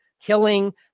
killing